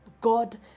God